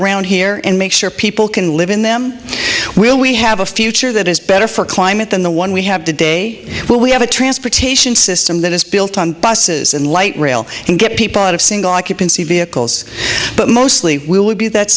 around here and make sure people can live in them will we have a future that is better for climate than the one we have today but we have a transportation system that is built on buses and light rail and get people out of single occupancy vehicles but mostly we would be that